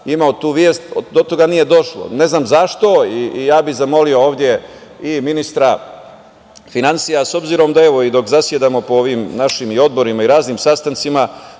imao tu vest, do toga nije došlo, ne znam zašto. Zamolio bih ovde i ministra finansija, s obzirom da, evo, i dok zasedamo po ovim našim odborima i raznim sastancima,